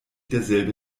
derselbe